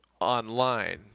online